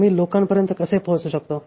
आम्ही लोकांपर्यंत कसे पोहोचू शकतो